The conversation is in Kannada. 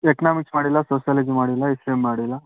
ಎಕ್ನಾಮಿಕ್ಸ್ ಮಾಡಿಲ್ಲ ಸೋಸ್ಯೋಲಜಿ ಮಾಡಿಲ್ಲ ಮಾಡಿಲ್ಲ